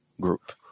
group